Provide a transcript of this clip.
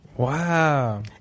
Wow